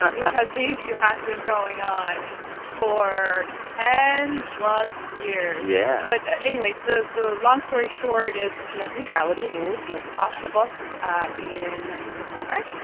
ah because the issue has been going on for ten plus years yeah but anyways, the the long story short is net neutrality rules went off the books in the summer.